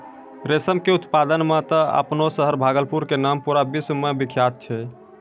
रेशम के उत्पादन मॅ त आपनो शहर भागलपुर के नाम पूरा विश्व मॅ विख्यात छै